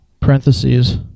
Parentheses